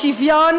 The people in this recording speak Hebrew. שוויון